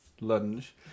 lunge